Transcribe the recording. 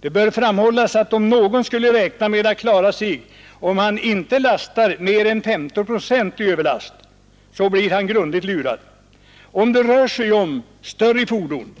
Det bör framhållas att om någon skulle räkna med att klara sig om han inte lastar mer än 15 procent överlast, blir han grundligt lurad, om det rör sig om större fordon.